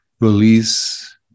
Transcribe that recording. release